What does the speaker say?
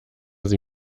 sie